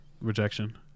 rejection